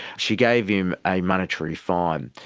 she gave him a monetary fine.